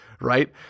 right